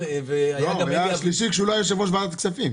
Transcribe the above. הוא היה שלישי כשהוא לא היה יושב-ראש ועדת הכספים.